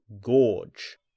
gorge